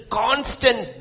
constant